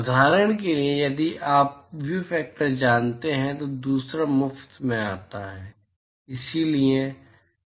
उदाहरण के लिए यदि आप एक व्यू फैक्टर जानते हैं तो दूसरा मुफ्त में आता है